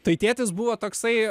tai tėtis buvo toksai